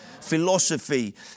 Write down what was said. philosophy